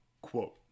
Quote